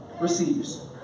receives